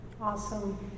Awesome